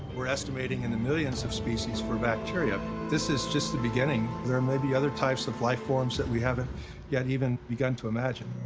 we're estimating in the millions of species for bacteria. this is just the beginning. there may be other types of life-forms that we haven't yet even begun to imagine.